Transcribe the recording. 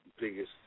biggest